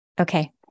Okay